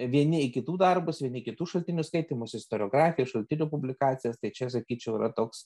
vieni į kitų darbus vieni kitų šaltinių skaitymus istoriografijos šaltinių publikacijas tai čia sakyčiau yra toks